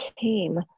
came